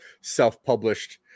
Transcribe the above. self-published